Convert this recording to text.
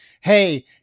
hey